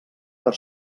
per